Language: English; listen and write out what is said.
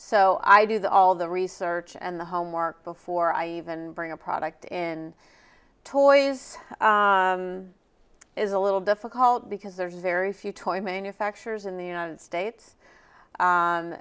so i do that all the research and the homework before i even bring a product in toys is a little difficult because there are very few toy manufacturers in the united states